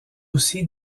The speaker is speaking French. aussi